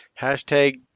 hashtag